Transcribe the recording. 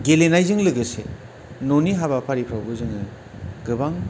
गेलेनायजों लोगोसे न'नि हाबाफारिफ्रावबो जोङो गोबां